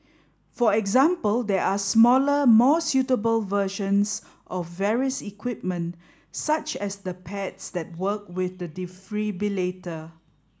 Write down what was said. for example there are smaller more suitable versions of various equipment such as the pads that work with the defibrillator